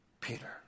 Peter